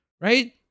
right